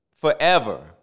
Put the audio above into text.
forever